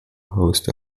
host